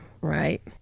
right